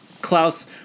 Klaus